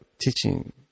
teaching